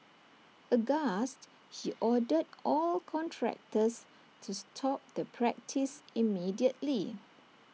aghast he ordered all contractors to stop the practice immediately